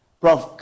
Prof